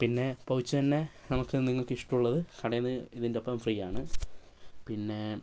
പിന്നെ പൗച്ച് തന്നെ നമുക്ക് നിങ്ങൾക്കിഷ്ടമുള്ളത് കടയിൽനിന്ന് ഇന്റെയൊപ്പം ഫ്രീയാണ് പിന്നേ